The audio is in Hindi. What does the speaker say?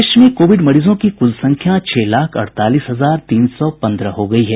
देश में कोविड मरीजों की कुल संख्या छह लाख अड़तालीस हजार तीन सौ पन्द्रह हो गई है